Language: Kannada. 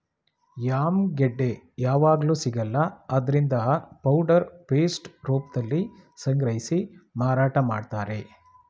ಯಾಮ್ ಗೆಡ್ಡೆ ಯಾವಗ್ಲೂ ಸಿಗಲ್ಲ ಆದ್ರಿಂದ ಪೌಡರ್ ಪೇಸ್ಟ್ ರೂಪ್ದಲ್ಲಿ ಸಂಗ್ರಹಿಸಿ ಮಾರಾಟ ಮಾಡ್ತಾರೆ